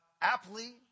aptly